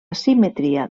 simetria